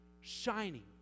shining